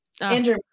Andrew